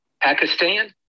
Pakistan